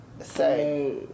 Say